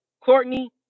Courtney